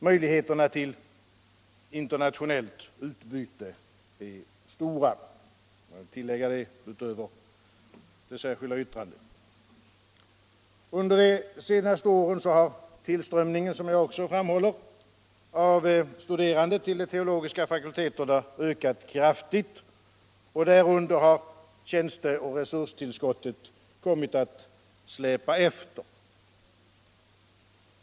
Möjligheterna till internationellt utbyte är stora. Jag vill tillägga det utöver det särskilda yttrandet. Under de senaste åren har tillströmningen, som jag också framhåller i det särskilda vtitrandet, av studerande till de teologiska fakulteterna ökat kraftigt, och därunder har tjänste och resurstillskotten kommit att släpa efter.